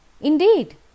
Indeed